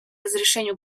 разрешению